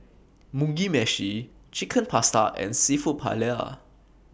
Mugi Meshi Chicken Pasta and Seafood Paella